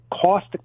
cost